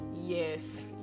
Yes